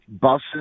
buses